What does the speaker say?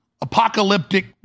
apocalyptic